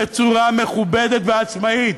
בצורה מכובדת ועצמאית,